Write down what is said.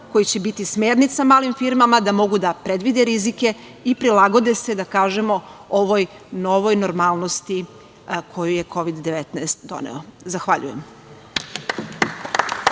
koji će biti smernica malim firmama da mogu da predvide rizike i prilagode se, da kažemo, ovoj novoj normalnosti koju je Kovid-19 doneo. Zahvaljujem.